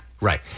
Right